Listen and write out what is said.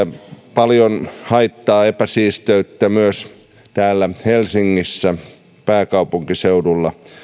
paljon haittaa ja epäsiisteyttä täällä helsingissä pääkaupunkiseudulla